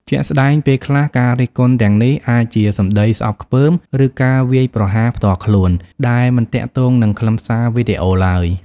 ជាក់ស្ដែង ពេលខ្លះការរិះគន់ទាំងនេះអាចជា សម្ដីស្អប់ខ្ពើម ឬ ការវាយប្រហារផ្ទាល់ខ្លួន ដែលមិនទាក់ទងនឹងខ្លឹមសារវីដេអូឡើយ។